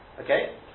Okay